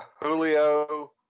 Julio